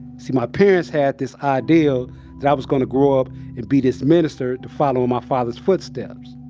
see, my parents had this ideal that i was going to grow up and be this minister to follow in my father's footsteps.